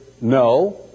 no